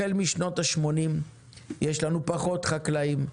החל משנות ה-80 יש פחות חקלאים,